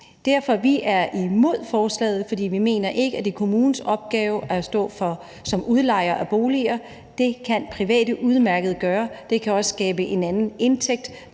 Derfor er vi imod forslaget, for vi mener ikke, at det er kommunens opgave at stå som udlejer af boliger. Det kan private udmærket gøre. Det kan også skabe en anden indtægt